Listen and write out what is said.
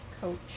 coach